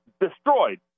destroyed